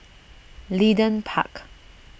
Leedon Park